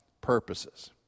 purposes